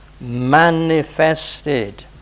manifested